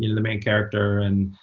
the main character. and